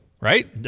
Right